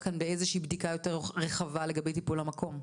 כאן באיזושהי בדיקה יותר רחבה לגבי טיפול המקום?